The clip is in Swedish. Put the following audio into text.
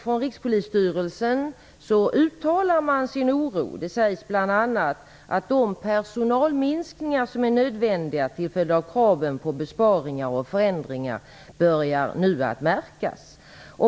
Från Rikspolisstyrelsen uttalar man sin oro. Man säger bl.a. att de personalminskningar som är nödvändiga till följd av kraven på besparingar och förändringar börjar nu att märkas.